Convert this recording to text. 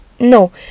No